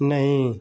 नहीं